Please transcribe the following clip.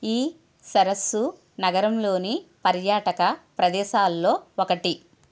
ఈ సరస్సు నగరంలోని పర్యాటక ప్రదేసాల్లో ఒకటి